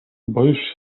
boisz